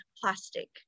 plastic